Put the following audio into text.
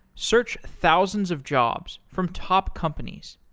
search thousands of jobs from top companies.